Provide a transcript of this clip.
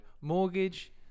Mortgage